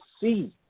see